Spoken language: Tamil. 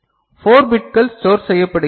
4 பிட்கள் ஸ்டோர் செய்யப்படுகிறது